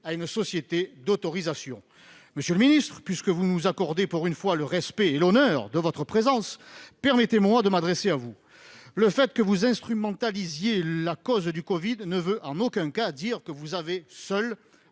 à une société d'autorisations. Monsieur le ministre, puisque vous nous faites pour une fois l'honneur de votre présence, permettez-moi de m'adresser à vous ! Le fait que vous instrumentalisiez la cause du covid ne signifie en aucun cas que vous détenez, seul,